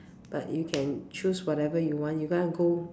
but you can choose whatever you want if you want to go mm